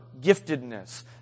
giftedness